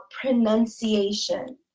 pronunciation